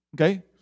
okay